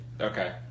Okay